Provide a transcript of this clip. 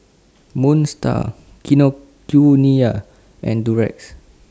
Moon STAR Kinokuniya and Durex